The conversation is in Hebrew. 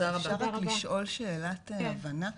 אפשר רק לשאול שאלת הבנה?